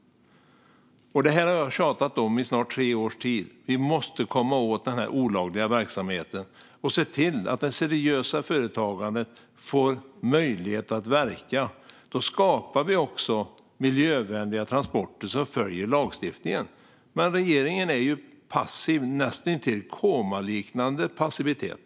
Det här har jag tjatat om i snart tre års tid: Vi måste komma åt den här olagliga verksamheten och se till att det seriösa företagandet får möjlighet att verka. Då skapar vi också miljövänliga transporter som följer lagstiftningen. Men regeringen är passiv, och det är en näst intill komaliknande passivitet.